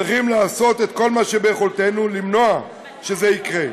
צריכים לעשות את כל מה שביכולתנו למנוע שזה יקרה.